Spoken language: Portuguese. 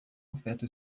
afeta